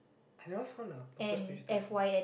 I never found a purpose twisted though